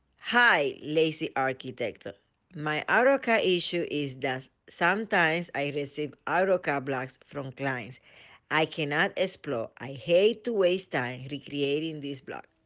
hi lazy arquitecto, my autocad issue is that sometimes i receive autocad blocks from clients i cannot explode. i hate to waste time recreating these blocks.